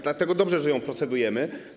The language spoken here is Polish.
Dlatego dobrze, że ją procedujemy.